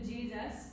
Jesus